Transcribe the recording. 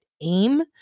aim